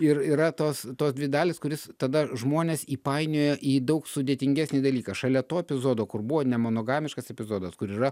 ir yra tos tos dvi dalys kuris tada žmonės įpainioja į daug sudėtingesnį dalyką šalia to epizodo kur buvo nemonogamiškas epizodas kur yra